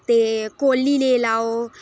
ते कोह्ली लेई लैओ